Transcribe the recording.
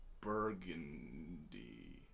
burgundy